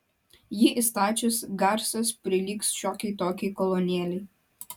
jį įstačius garsas prilygs šiokiai tokiai kolonėlei